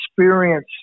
experience